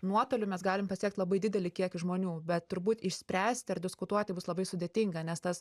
nuotoliu mes galim pasiekt labai didelį kiekį žmonių bet turbūt išspręsti ar diskutuoti bus labai sudėtinga nes tas